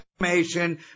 information